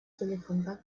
телефонпа